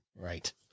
Right